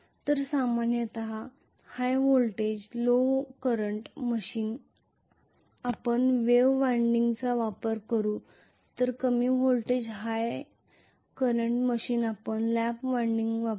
तर सामान्यत high voltage low current machine आपण वेव्ह वायंडिंगचा वापर करू तर कमी व्होल्टेज हाय करंट मशीन आपण लॅप वायंडिंग वापरू